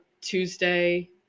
Tuesday